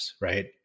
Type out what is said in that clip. Right